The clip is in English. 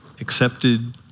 accepted